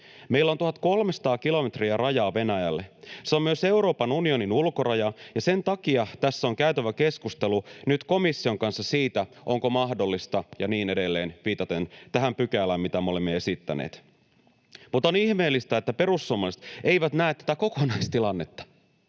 Meillä on 1 300 kilometriä rajaa Venäjälle. Se on myös Euroopan unionin ulkoraja, ja sen takia tässä on käytävä keskustelu nyt komission kanssa siitä, onko mahdollista...” Ja niin edelleen, viitaten tähän pykälään, mitä me olimme esittäneet. ”Mutta on ihmeellistä, että perussuomalaiset eivät näe tätä kokonaistilannetta,